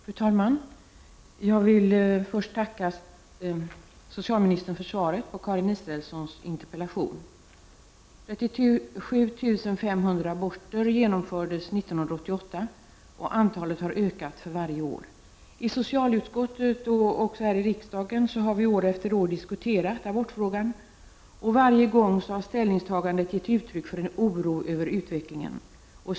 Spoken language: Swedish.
Fru talman! Jag vill först tacka socialministern för svaret på Karin Israelssons interpellation. 37 500 aborter genomfördes 1988, och antalet har ökat för varje år. I socialutskottet och här i kammaren har vi år efter år diskuterat abortfrågan, och varje gång har man gett uttryck för en oro över utvecklingen.